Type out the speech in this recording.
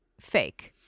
fake